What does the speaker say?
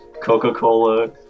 Coca-Cola